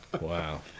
Wow